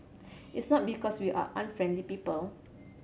it's not because we are unfriendly people